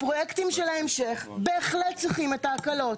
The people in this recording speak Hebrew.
הפרויקטים של ההמשך בהחלט צריכים את ההקלות.